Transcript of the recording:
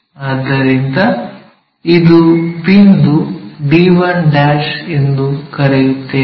ಆದ್ದರಿಂದ ಇದು ಬಿಂದು d1 ಎಂದು ಕರೆಯುತ್ತೇವೆ